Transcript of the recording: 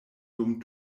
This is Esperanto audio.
dum